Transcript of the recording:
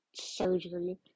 surgery